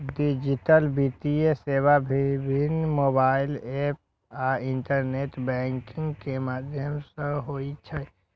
digital वित्तीय सेवा विभिन्न मोबाइल एप आ इंटरनेट बैंकिंग के माध्यम सं होइ छै